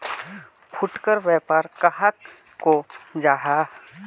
फुटकर व्यापार कहाक को जाहा?